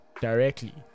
directly